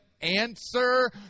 answer